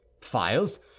Files